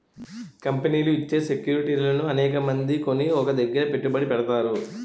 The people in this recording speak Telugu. కంపెనీలు ఇచ్చే సెక్యూరిటీలను అనేకమంది కొని ఒక దగ్గర పెట్టుబడి పెడతారు